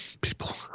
People